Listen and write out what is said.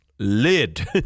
lid